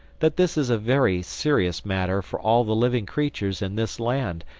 that this is a very serious matter for all the living creatures in this land.